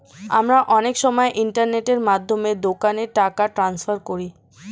আমরা অনেক সময় ইন্টারনেটের মাধ্যমে দোকানে টাকা ট্রান্সফার করি